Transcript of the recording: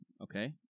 okay